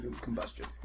combustion